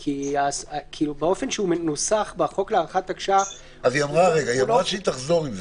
כי באופן שהוא מנוסח בחוק להארכת תקש"ח הוא לא בהכרח שיפר את המצב.